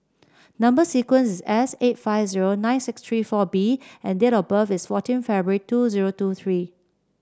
number sequence is S eight five zero nine six three four B and date of birth is fourteen February two zero two three